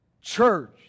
church